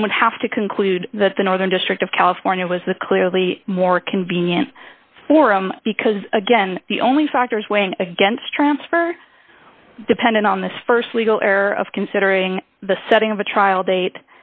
one would have to conclude that the northern district of california was the clearly more convenient for him because again the only factors weighing against transfer depending on this st legal error of considering the setting of a trial date